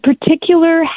particular